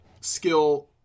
skill